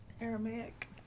Aramaic